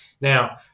Now